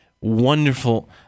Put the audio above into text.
Wonderful